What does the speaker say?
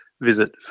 visit